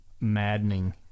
maddening